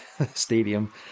stadium